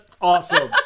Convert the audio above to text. awesome